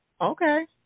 Okay